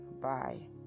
Bye